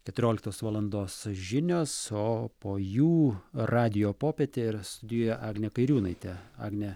keturioliktos valandos žinios o po jų radijo popietė ir studijoje agnė kairiūnaitė agne